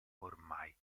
ormai